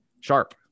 sharp